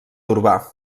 urbà